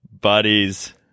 buddies